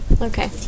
Okay